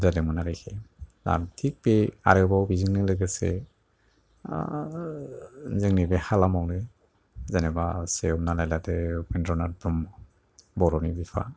जादोंमोन आरोखि बा थिग बे आरोबाव बेजोंनो लोगोसे जोंनि बे हालामावनो जेन'बा से हमनानै लादो उपेन्द्रनाथ ब्रह्म बर'नि बिफा